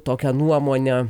tokią nuomonę